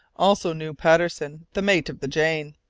also knew patterson, the mate of the jane.